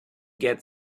get